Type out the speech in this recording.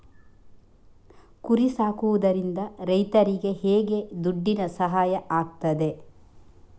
ಕುರಿ ಸಾಕುವುದರಿಂದ ರೈತರಿಗೆ ಹೇಗೆ ದುಡ್ಡಿನ ಸಹಾಯ ಆಗ್ತದೆ?